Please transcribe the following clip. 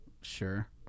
Sure